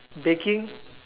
baking